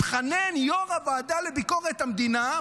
מתחנן יו"ר הוועדה לביקורת המדינה,